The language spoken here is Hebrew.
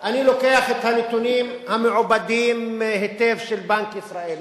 אני לוקח את הנתונים המעובדים היטב של בנק ישראל,